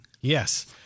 Yes